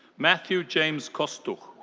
matthew james kostuch.